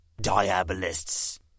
Diabolists